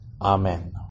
Amen